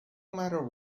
matter